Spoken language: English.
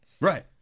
Right